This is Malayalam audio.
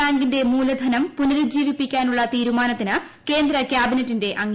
ഐ ബാങ്കിന്റെ മൂലധനം പുനരുജ്ജീവിപ്പിക്കാനുള്ള തീരുമാനത്തിന് കേന്ദ്ര ക്യാബിനറ്റിന്റെ ആംഗ്ലീകാരം